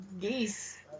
geese